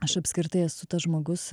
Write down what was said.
aš apskritai esu tas žmogus